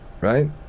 right